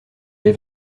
les